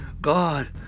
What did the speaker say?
God